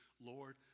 Lord